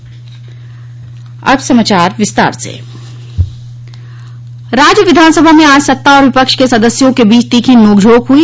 budget सत्र राज्य विधानसभा में आज सत्ता और विपक्ष के सदस्यों के बीच तीखी नोकझोंक हई